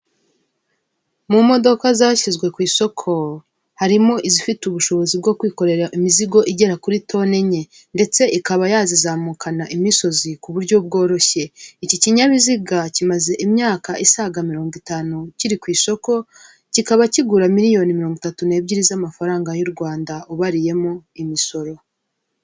Mu modoka zashyizwe ku isoko, harimo izifite ubushobozi bwo kwikorera imizigo igera kuri toni enye ndetse ikaba yazizamukana imisozi ku buryo bworoshye, iki kinyabiziga kimaze imyaka isaga mirongo itanu kiri ku isoko kikaba kigura miriyoni mirongo itatu n'ebyiri z'amafaranga y'u Rwanda ubariyemo imisoro.